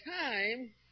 time